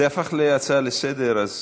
זה הפך להצעה לסדר-היום,